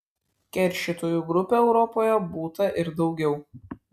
keršytojų grupių europoje būta ir daugiau